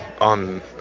on